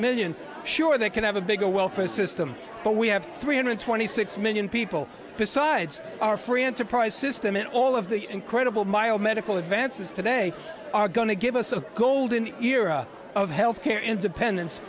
million sure they can have a bigger welfare system but we have three hundred twenty six million people besides our free enterprise system and all of the incredible mild medical advances today are going to give us a golden era of health care independence